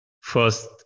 first